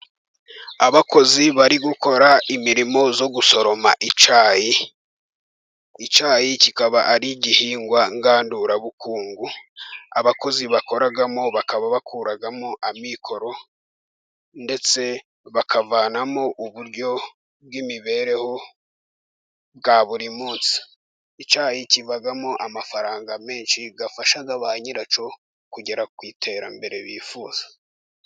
Abakozi bari gukora imirimo yo gusoroma icyayi, icyayi kikaba ari igihingwa ngandurabukungu, abakozi bakoramo bakaba bakuramo amikoro, ndetse bakavanamo uburyo bw'imibereho bwa buri munsi, icyayi kibamo amafaranga menshi afasha ba nyiracyo kugera ku iterambere bifuza.